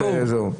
בואו.